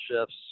shifts